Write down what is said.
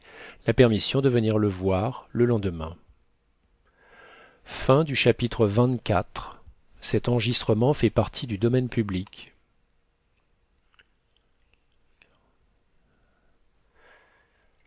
la permission de venir le voir le lendemain